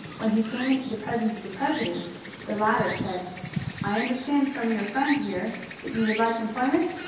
when he came into the presence of the president the latter said i understand from your friend here that you would like employment?